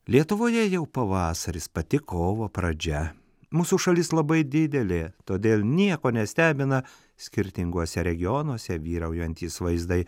lietuvoje jau pavasaris pati kovo pradžia mūsų šalis labai didelė todėl nieko nestebina skirtinguose regionuose vyraujantys vaizdai